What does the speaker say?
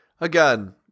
again